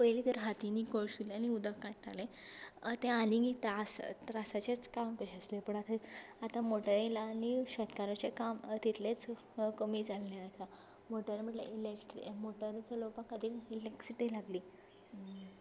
पयलीं तर हातींनी कळसुल्यांनी उदक काडटाले तें आनी त्रासाचेंच काम कशें आसलें आतां मोटर आयला आनी शेतकारांचें काम तितलेंच कमी जाल्लें आसा मोटर म्हणल्यार इलेक्ट्रीक म्हणल्यार मोटर चलोवपा खातीर इलेक्ट्रिसिटी लागली